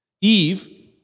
Eve